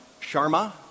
Sharma